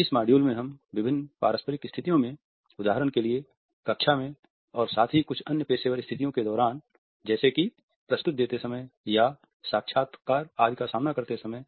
इस मॉड्यूल में हम विभिन्न पारस्परिक स्थितियों में उदाहरण के लिए कक्षा में और साथ ही कुछ अन्य पेशेवर स्थितियों के दौरान जैसे कि प्रस्तुति देते समय या साक्षात्कार आदि का सामना करते समय